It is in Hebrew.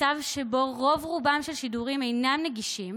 "מצב שבו רוב-רובם של השידורים אינם נגישים,